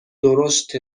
درشت